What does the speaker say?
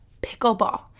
pickleball